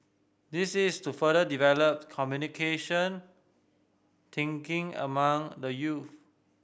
this is to further develop communication thinking among the young